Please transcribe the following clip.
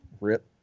rip